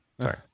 Sorry